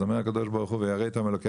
אז אומר הקדוש ברוך הוא "ויראת מאלוקיך",